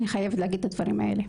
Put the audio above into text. אני חייבת להגיד את הדברים האלה.